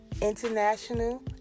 international